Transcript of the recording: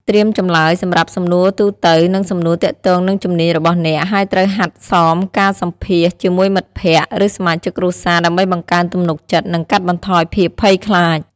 ត្រៀមចម្លើយសម្រាប់សំណួរទូទៅនិងសំណួរទាក់ទងនឹងជំនាញរបស់អ្នកហើយត្រូវហាត់សមការសម្ភាសន៍ជាមួយមិត្តភក្តិ ឬសមាជិកគ្រួសារ ដើម្បីបង្កើនទំនុកចិត្ត និងកាត់បន្ថយភាពភ័យខ្លាច។